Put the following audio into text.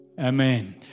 amen